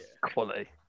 quality